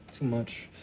too much.